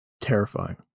terrifying